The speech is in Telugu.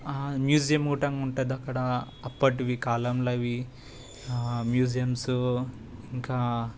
ఆ మ్యూజియం కుడంగా ఉంటదక్కడ అప్పటివి కాలంలో అవి మ్యూజియంసు ఇంకా